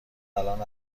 الان